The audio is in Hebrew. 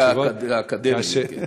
הרקע האקדמי.